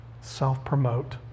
self-promote